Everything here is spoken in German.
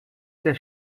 der